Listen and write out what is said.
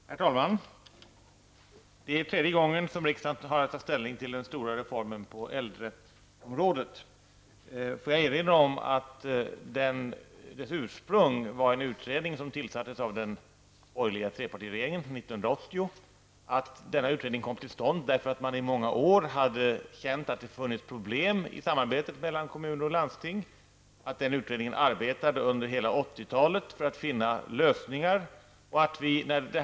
Herr talman! Det är tredje gången som riksdagen har att ta ställning till den stora reformen på äldreområdet. Får jag erinra om att dess ursprung var en utredning som tillsattes av den borgerliga trepartiregeringen 1980. Denna utredning kom till stånd därför att man i många år känt att det funnits problem i samarbetet mellan kommuner och landsting. Utredningen arbetade under hela 80 talet för att finna lösningar.